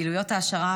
פעילויות העשרה,